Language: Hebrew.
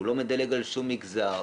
זה לא מדלג על שום מגזר,